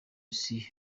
isi